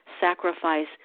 sacrifice